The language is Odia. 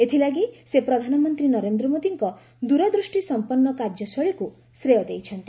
ଏଥିଲାଗି ସେ ପ୍ରଧାନମନ୍ତ୍ରୀ ନରେନ୍ଦ୍ର ମୋଦିଙ୍କ ଦରଦୃଷ୍ଟିସମ୍ପନ୍ନ କାର୍ଯ୍ୟଶୈଳୀକୁ ଶ୍ରେୟ ଦେଇଛନ୍ତି